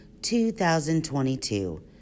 2022